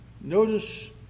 notice